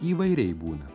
įvairiai būna